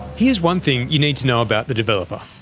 here's one thing you need to know about the developer,